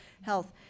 health